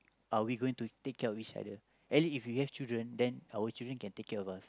are we going to take care of each other and if we have children our children can take care of us